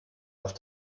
auf